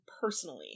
personally